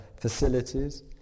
facilities